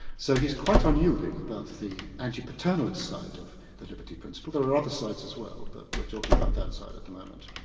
so he's quite unyielding about the anti-paternalist side of the liberty principle. there are other sides as well, but we're talking about that side at the moment.